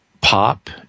pop